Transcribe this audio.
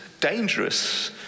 dangerous